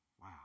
Wow